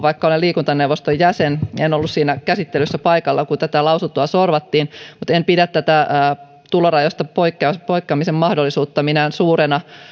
vaikka olen liikuntaneuvoston jäsen en itse asiassa ollut siinä käsittelyssä paikalla kun tätä lausuntoa sorvattiin mutta en pidä tätä tulorajoista poikkeamisen poikkeamisen mahdollisuutta minään suurena